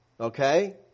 okay